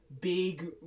big